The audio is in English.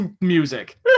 music